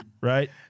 Right